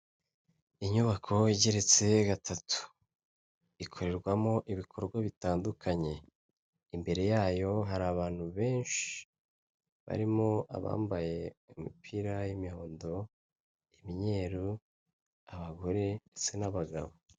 Inyubako igeretse gatatu, ikorerwamo ibikorwa bitandukanye, imbere yayo hari abantu benshi, barimo abambaye imipira y'imihondo, imyeru, abagore, ndetse n'abagabo.